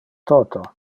toto